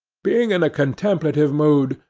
being in a contemplative mood,